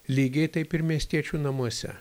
lygiai taip ir miestiečių namuose